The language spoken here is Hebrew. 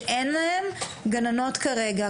שאין להם גננות כרגע,